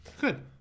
Good